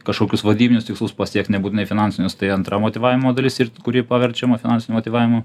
kažkokius vadybinius tikslus pasiekt nebūtinai finansinius tai antra motyvavimo dalis kuri paverčiama finansiniu motyvavimu